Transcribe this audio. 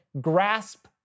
grasp